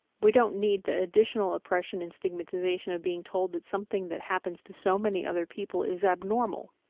we don't need the additional oppression and stigmatization of being told that something that happens to so many other people is abnormal.